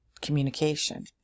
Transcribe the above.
communication